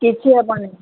କିଛି ହେବନି